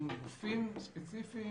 עם גופים ספציפיים.